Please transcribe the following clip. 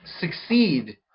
succeed